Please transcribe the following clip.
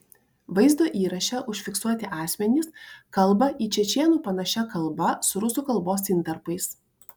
vaizdo įraše užfiksuoti asmenys kalba į čečėnų panašia kalba su rusų kalbos intarpais